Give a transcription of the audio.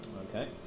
okay